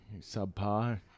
subpar